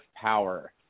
power